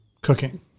cooking